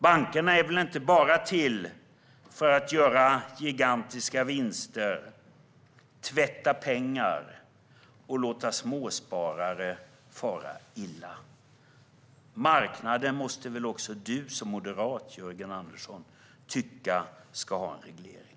Bankerna är väl inte bara till för att göra gigantiska vinster, tvätta pengar och låta småsparare fara illa? Marknaden måste väl även du som moderat, Jörgen Andersson, tycka ska ha en reglering?